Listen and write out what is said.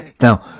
Now